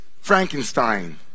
Frankenstein